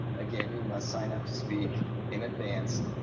again, you must sign up to speak in advance.